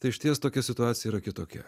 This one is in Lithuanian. tai išties tokia situacija yra kitokia